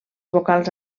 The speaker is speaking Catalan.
vocals